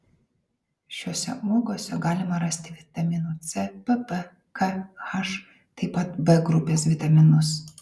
šiose uogose galima rasti vitaminų c pp k h taip pat b grupės vitaminus